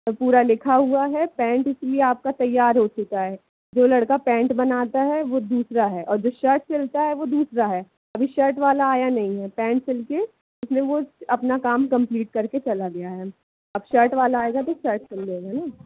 और पूरा लिखा हुआ है पैंट इसलिए आपका तैयार हो चुका है जो लड़का पैंट बनाता है वो दूसरा है और जो शर्ट सिलता है वो दूसरा है अभी शर्ट वाला आया नहीं है पैंट सिल के उसने वो अपना काम कम्पलीट करके चला गया है अब शर्ट वाला आएगा तो शर्ट सिलेगा ना